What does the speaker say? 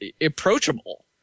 approachable